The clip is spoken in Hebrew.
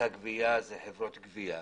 את הגבייה מבצעות חברות גבייה.